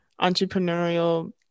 entrepreneurial